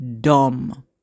dumb